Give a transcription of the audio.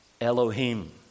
Elohim